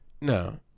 no